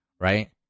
Right